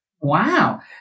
Wow